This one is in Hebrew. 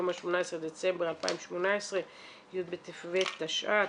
היום ה-18 בדצמבר 2018, י' בטבת תשע"ט.